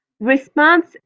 Response